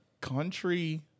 country